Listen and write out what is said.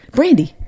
Brandy